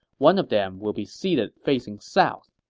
one of them will be seated facing south.